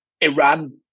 Iran